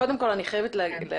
קודם כל אני חייבת להגיד,